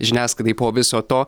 žiniasklaidai po viso to